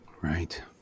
Right